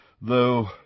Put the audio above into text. though